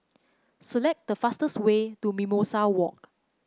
select the fastest way to Mimosa Walk